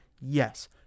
Yes